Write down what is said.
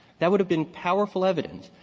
that would have been powerful evidence.